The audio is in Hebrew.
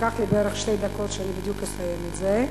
ייקח לי בערך שתי דקות לסיים את זה.